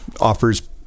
Offers